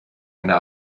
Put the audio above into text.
einer